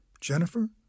Jennifer